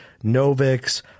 Novix